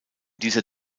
dieser